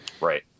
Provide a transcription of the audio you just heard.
Right